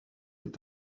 est